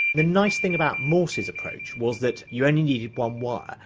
the nice thing about morse's approach was that you only needed one wire,